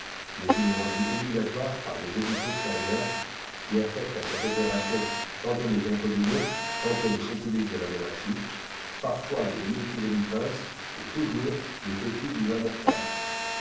mais il est rendu obligatoire par des édits postérieurs qui affectent à cette opération tantôt les biens communaux tantôt les fonds publics de la monarchie parfois les deniers j rivés du prince et toujours le pécule du